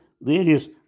various